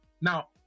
Now